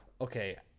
Okay